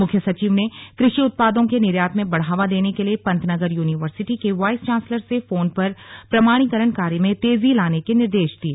मुख्य सचिव ने कृषि उत्पादों के निर्यात में बढावा देने के लिए पंतनगर यूनिवर्सिटी के वाइस चांसलर से फोन पर प्रमाणीकरण कार्य में तेजी लाने के निर्देश दिये